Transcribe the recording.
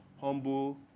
humble